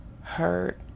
hurt